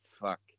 fuck